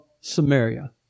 Samaria